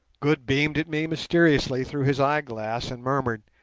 good beamed at me mysteriously through his eyeglass and murmured,